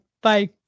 Bye